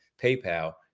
PayPal